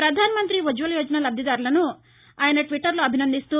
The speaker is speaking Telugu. పధాన మంతి ఉజ్ఘల యోజన లబ్దిదారులను ఆయన ట్విట్టర్లో అభినందిస్తూ